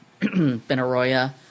Benaroya –